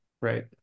right